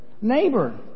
Neighbor